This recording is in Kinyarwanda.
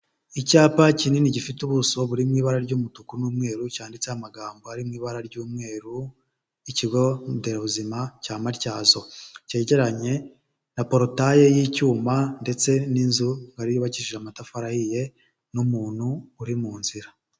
Icyapa kinini gifite ubuso buri mu ibara ry'umutuku n'umweru, cyanditseho amagambo ari mu ibara ry'umweru, ikigo nderabuzima cya Matyazo. Cyegeranye na porotaye y'icyuma ndetse n'inzu ngari yubakishije amatafari ahiye n'umuntu uri mu nzira.